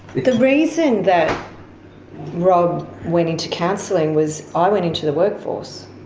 the reason that rob went into counselling was i went into the workforce.